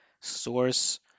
source